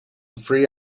three